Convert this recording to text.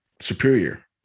superior